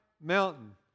mountain